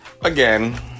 again